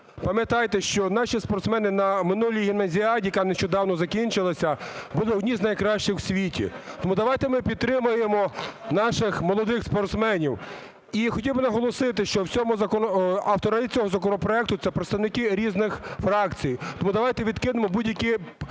Пам'ятаєте, що наші спортсмени на минулій гімназіаді, яка нещодавно закінчилася, були одні з найкращих у світі. Тому давайте ми підтримаємо наших молодих спортсменів. І хотів би наголосити, що в цьому… автори цього законопроекту – це представники різних фракцій, тому давайте відкинемо будь-які